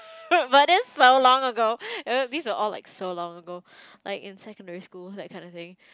but that's so long ago these were all like so long ago like in secondary school that kind of thing